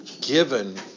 given